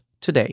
today